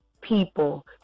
people